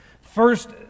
First